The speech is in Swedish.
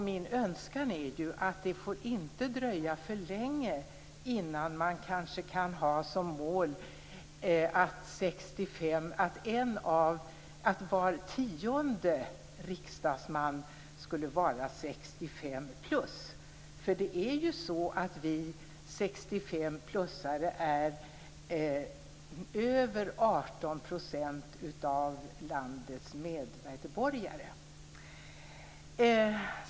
Min önskan är ju att det inte får dröja för länge innan man kanske kan ha som mål att var tionde riksdagsman skall vara 65-plus, eftersom mer än 18 % av landets medborgare är 65-plussare.